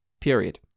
Period